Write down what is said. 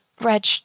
Reg